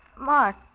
Mark